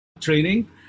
training